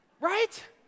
right